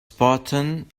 spartan